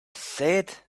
said